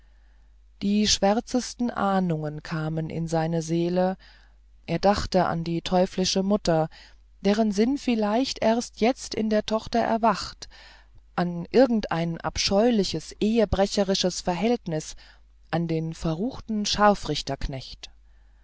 die schwärzesten ahnungen kamen in seine seele er dachte an die teuflische mutter deren sinn vielleicht erst jetzt in der tochter erwacht an irgendein abscheuliches ehebrecherisches verhältnis an den verruchten